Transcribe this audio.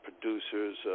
producers